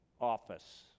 office